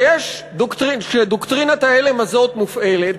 וכשדוקטרינת ההלם הזאת מופעלת,